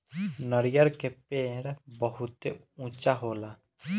नरियर के पेड़ बहुते ऊँचा होला